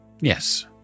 Yes